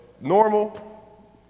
normal